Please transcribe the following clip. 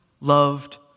loved